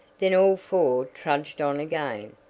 then all four trudged on again.